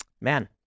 Man